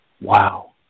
Wow